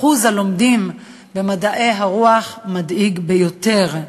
אחוז הלומדים במדעי הרוח מדאיג ביותר: